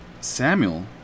Samuel